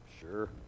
Sure